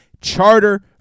Charter